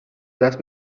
دست